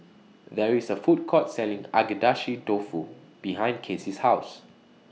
There IS A Food Court Selling Agedashi Dofu behind Kacy's House